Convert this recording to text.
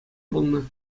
пулнӑ